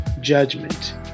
judgment